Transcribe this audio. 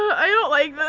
i don't like this.